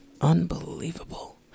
Unbelievable